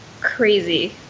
crazy